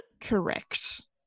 Correct